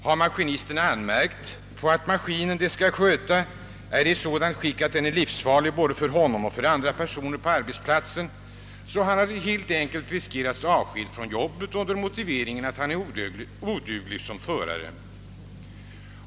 Har maskinisten anmärkt på att maskinen som han skall sköta är i livsfarligt skick för både honom och andra personer på arbetsplatsen, har han faktiskt riskerat att bli avskedad från arbetet med motivering att han är oduglig som förare.